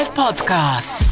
podcast